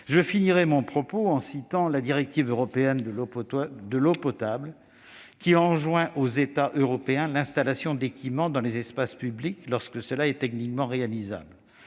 J'achèverai mon propos en citant la directive européenne sur l'eau potable, qui enjoint aux États européens l'installation d'« équipements dans les espaces publics, lorsque cela est techniquement réalisable